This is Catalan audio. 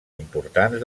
importants